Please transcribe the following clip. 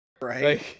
Right